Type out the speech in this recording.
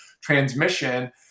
transmission